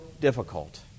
difficult